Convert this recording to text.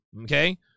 okay